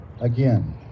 again